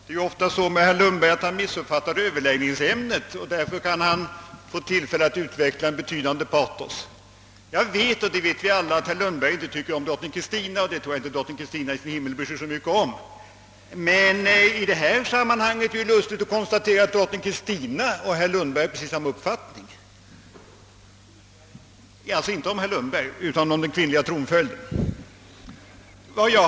Herr talman! Herr Lundberg missuppfattar ofta överläggningsämnet och får därigenom tillfälle att utveckla ett starkt patos. Jag och alla andra vet att herr Lundberg inte tycker om drottning Kristina, men jag tror inte att hon i sin himmel bryr sig så mycket om det. Men det är i detta sammanhang lustigt att konstatera att drottning Kristina och herr Lundberg har precis samma uppfattning — inte om herr Lundberg utan om den kvinnliga tronföljden.